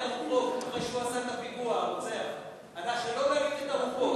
אנחנו אלה שמלהיטים את הרוחות,